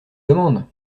demande